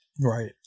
Right